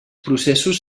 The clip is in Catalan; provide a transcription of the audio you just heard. processos